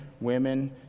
women